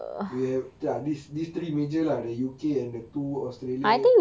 we have there are this this three major lah the U_K and the two australia